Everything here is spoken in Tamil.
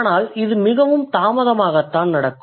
ஆனால் இது மிகவும் தாமதமாக நடக்கும்